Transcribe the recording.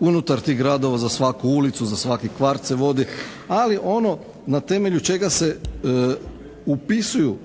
unutar tih gradova za svaku ulicu, za svaki kvart se vodi. Ali ono na temelju čega se upisuju